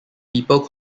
people